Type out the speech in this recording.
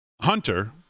hunter